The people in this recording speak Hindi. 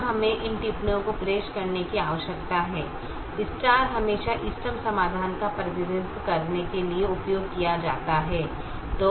अब हमें इन टिप्पणीयो को पेश करने की आवश्यकता है हमेशा इष्टतम समाधान का प्रतिनिधित्व करने के लिए उपयोग किया जाता है